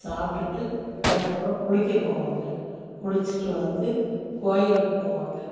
சாப்பிட்டுட்டு அதுக்கு அப்புறம் குளிக்க போவாங்க குளித்துட்டு வந்து கோயிலுக்குப் போவாங்க